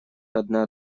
одна